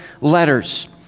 letters